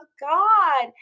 God